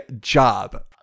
job